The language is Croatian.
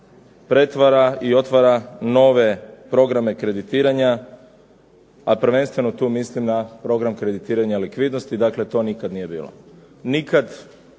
pretvara i otvara nove programe kreditiranja, a prvenstveno tu mislim na program kreditiranja likvidnosti, dakle to nikad nije bilo.